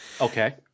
Okay